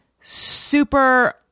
super